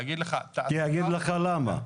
אני אגיד לך למה.